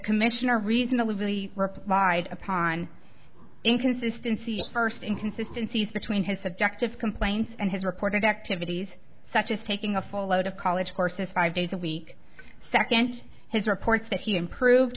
commissioner reason the levy replied upon inconsistency first inconsistency between his subjective complaints and his reported activities such as taking a full load of college courses five days a week second his reports that he improved